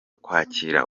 kwakira